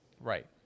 Right